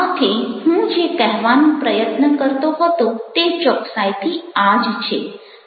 આમ હું જે કહેવાનો પ્રયત્ન કરતો હતો તે ચોકસાઈથી આજ છે